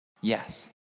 Yes